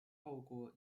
透过